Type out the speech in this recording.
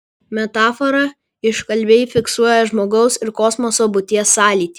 metafora iškalbiai fiksuoja žmogaus ir kosmoso būties sąlytį